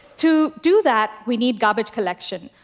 to do that, we need garbage collection.